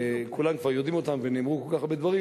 שכולם כבר יודעים אותן ונאמרו כל כך הרבה דברים